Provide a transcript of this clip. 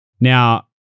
Now-